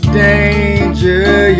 danger